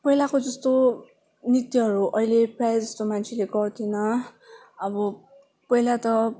पहिलाको जस्तो नृत्यहरू अहिले प्रायः जस्तो मान्छेले गर्दैन अब पहिला त